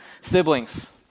siblings